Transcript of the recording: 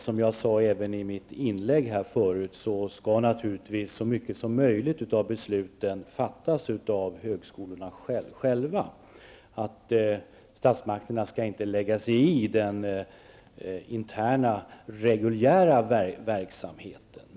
Som jag sade i mitt tidigare inlägg skall självklart så många beslut som möjligt fattas av högskolorna själva. Statsmakterna skall inte lägga sig i den interna reguljära verksamheten.